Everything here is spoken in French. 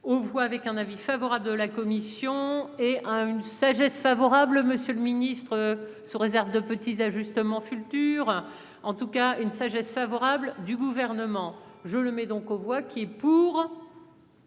Aux voix avec un avis favorable de la commission. Si on est un une sagesse favorable, Monsieur le ministre, sous réserve de petits ajustements futurs en tout cas une sagesse favorable du gouvernement je le mets donc aux voix qui est pour.